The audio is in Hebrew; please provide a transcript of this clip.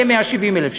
זה יהיה 170,000 שקל,